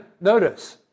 Notice